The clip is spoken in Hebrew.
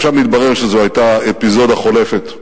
עכשיו מתברר שזו היתה אפיזודה חולפת.